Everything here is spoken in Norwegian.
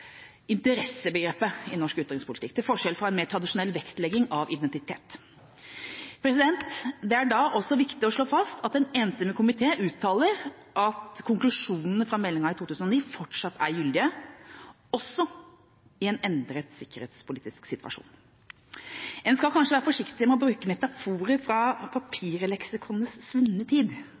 interessebegrepet i norsk utenrikspolitikk, til forskjell fra en mer tradisjonell vektlegging av identitet. Det er da også viktig å slå fast at en enstemmig komité uttaler at konklusjonene fra meldinga i 2009 fortsatt er gyldige, også i en endret sikkerhetspolitisk situasjon. En skal kanskje være forsiktig med å bruke metaforer fra papirleksikonenes svunne tid,